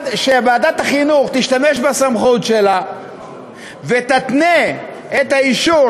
שוועדת החינוך תשתמש בסמכות שלה ותתנה את האישור